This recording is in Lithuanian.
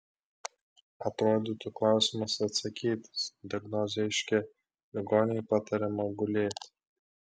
atrodytų klausimas atsakytas diagnozė aiški ligoniui patariama gulėti